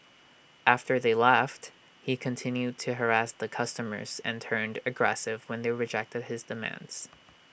after they left he continued to harass the customers and turned aggressive when they rejected his demands